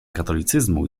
katolicyzmu